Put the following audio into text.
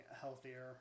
healthier